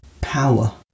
power